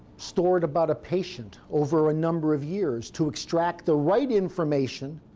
stored about a patient over a number of years to extract the right information,